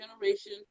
generation